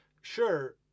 sure